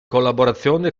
collaborazione